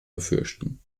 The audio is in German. befürchten